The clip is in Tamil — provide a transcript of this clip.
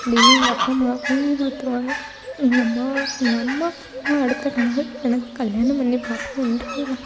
அப்படினு எங்கள் அப்பா அம்மா வாங்கி கொடுத்துருவாங்க எங்கள் அம்மா எங்கள் அம்மாவோட அடுத்த கனவு எனக்கு கல்யாணம் பண்ணி பாக்கணும்ன்றது தான்